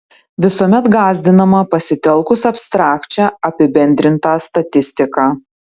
visuomet gąsdinama pasitelkus abstrakčią apibendrintą statistiką